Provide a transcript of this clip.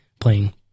playing